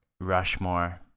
rushmore